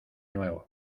nuevo